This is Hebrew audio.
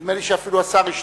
נדמה לי שאפילו השר השתכנע,